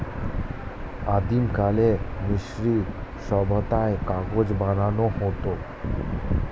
আদিমকালে মিশরীয় সভ্যতায় কাগজ বানানো হতো